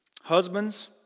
Husbands